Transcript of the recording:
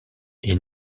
est